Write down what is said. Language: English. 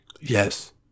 yes